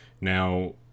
Now